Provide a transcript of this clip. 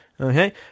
Okay